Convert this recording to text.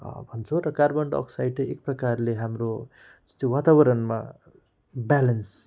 भन्छौँ र carbon dioxide एक प्रकारले हाम्रो जो वातावरणमा ब्यालेन्स